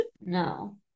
no